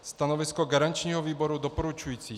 Stanovisko garančního výboru je doporučující.